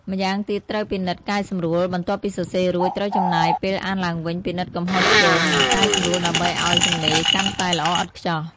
ម្យ៉ាងទៀតត្រូវពិនិត្យកែសម្រួល បន្ទាប់ពីសរសេររួច ត្រូវចំណាយពេលអានឡើងវិញ ពិនិត្យកំហុសឆ្គង និងកែសម្រួលដើម្បីឱ្យសំណេរកាន់តែល្អឥតខ្ចោះ។